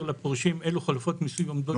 לפורשים אילו חלופות מיסוי עומדות לרשותם.